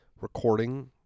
recording